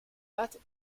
pattes